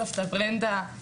סבתא ברנדה,